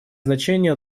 значение